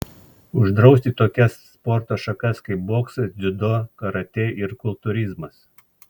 uždrausti tokias sporto šakas kaip boksas dziudo karatė ir kultūrizmas